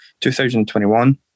2021